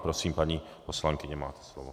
Prosím, paní poslankyně, máte slovo.